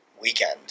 weekend